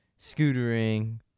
scootering